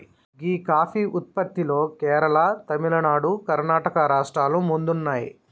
గీ coffee ఉత్పత్తిలో కేరళ, తమిళనాడు, కర్ణాటక రాష్ట్రాలు ముందున్నాయి